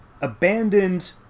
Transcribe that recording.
abandoned